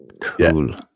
cool